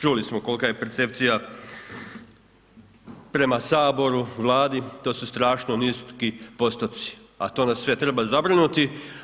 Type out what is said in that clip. Čuli smo kolika je percepcija prema Saboru, Vladi, to su strašno niski postupci a to nas sve treba zabrinuti.